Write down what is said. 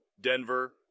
Denver